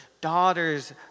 daughters